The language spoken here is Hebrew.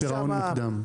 מוקדם.